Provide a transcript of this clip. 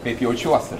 kaip jaučiuosi